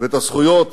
ואת הזכויות